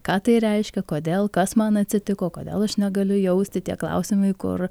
ką tai reiškia kodėl kas man atsitiko kodėl aš negaliu jausti tie klausimai kur